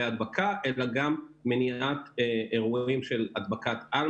ההדבקה אלא גם מניעת אירועים של הדבקת על,